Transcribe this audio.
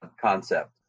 concept